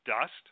dust